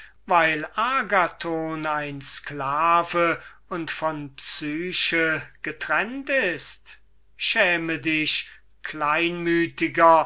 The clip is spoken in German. weil agathon ein sklave und von psyche getrennet ist schäme dich